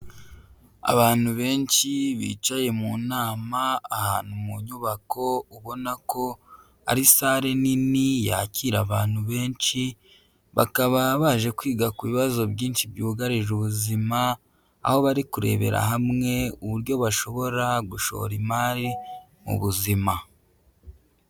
Abantu benshi bicaye mu nama ahantu mu nyubako ubona ko ari sale nini yakira abantu benshi, bakaba baje kwiga ku bibazo byinshi byugarije ubuzima aho bari kurebera hamwe uburyo bashobora gushora imari mu buzima.